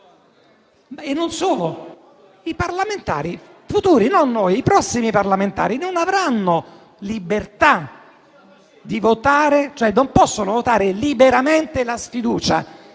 Non solo: i parlamentari futuri, non noi, ma i prossimi parlamentari non avranno libertà di votare. Non potranno votare liberamente la sfiducia